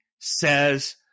says